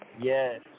Yes